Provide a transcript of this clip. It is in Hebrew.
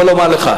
ילכו